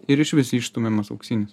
ir išvis išstumiamas auksinis